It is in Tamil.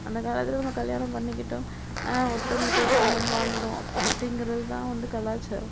அந்த காலத்தில் நம்ம கல்யாணம் பண்ணிக்கிட்டோம் ஒருத்தவங்களுக்கு ஒருத்தவங்கன் வாழ்ந்தோம் அப் அப்படிங்கிறது தான் வந்து கலாச்சாரம்